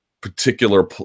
particular